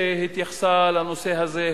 שהתייחסה לנושא הזה,